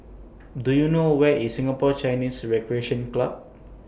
Do YOU know Where IS Singapore Chinese Recreation Club